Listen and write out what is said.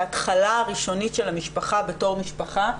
ההתחלה הראשונית של המשפחה בתור משפחה.